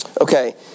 Okay